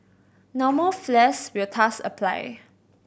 normal flares will thus apply